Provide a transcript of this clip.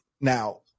Now